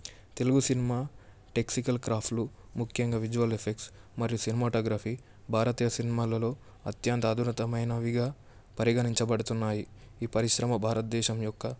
Telugu cinema technical క్రాఫ్లు ముఖ్యంగా visual effects మరియు సినిమాటోగ్రఫీ భారతదేశ సినిమాలలో అత్యంత అధునతమైనదిగా పరిగణించబడుతున్నాయి ఈ పరిశ్రమ భారతదేశం యొక్క